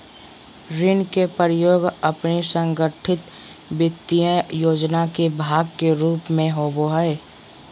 ऋण के प्रयोग अपन संगठित वित्तीय योजना के भाग के रूप में होबो हइ